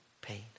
pain